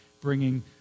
bringing